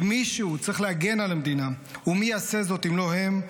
כי מישהו צריך להגן על המדינה ומי יעשה זאת אם לא הם,